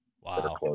Wow